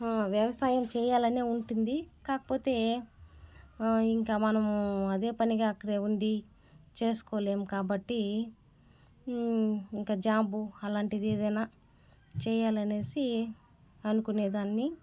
వ్యవసాయం చేయాలనే ఉంటుంది కాకపోతే ఇంకా మనము అదే పనిగా అక్కడే ఉండి చేసుకోలేము కాబట్టి ఇంక జాబ్ అలాంటిదే ఏదైనా చేయాలనేసి అనుకునేదాన్ని